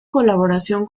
colaboración